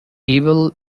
evil